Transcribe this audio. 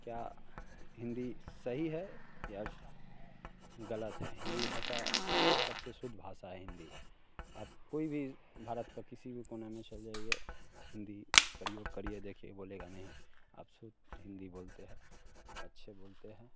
क्या हिन्दी सही है या ग़लत है हिन्दी भाषा सबसे शुद्ध भाषा है हिन्दी आप कोई भी भारत के किसी भी कोने में चल जाइए हिन्दी प्रयोग करिए देखिए बोलेगा नहीं आप शुद्ध हिन्दी बोलते हैं आप अच्छे बोलते हैं